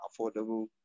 affordable